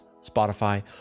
Spotify